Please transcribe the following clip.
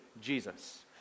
Jesus